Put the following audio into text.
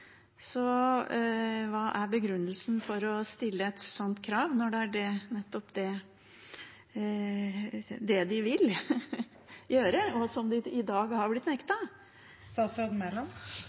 Hva er begrunnelsen for å stille et sånt krav når det er nettopp det de vil gjøre, og som de i dag har blitt